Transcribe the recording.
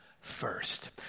first